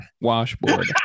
Washboard